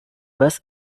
was